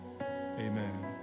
Amen